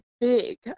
big